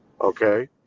okay